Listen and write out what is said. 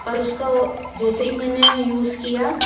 पर उसका वो जैसे ही मैंने यूस किया